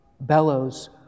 Bellows